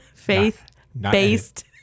faith-based